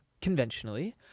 conventionally